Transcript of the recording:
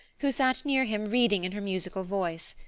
who sat near him reading in her musical voice,